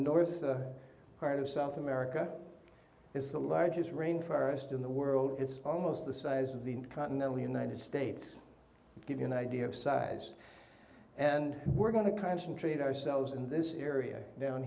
north part of south america it's the largest rain forest in the world it's almost the size of the continental united states give you an idea of size and we're going to kind of and treat ourselves in this area down